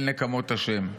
"אל נקמות ה'".